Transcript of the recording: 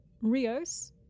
Rios